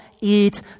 eat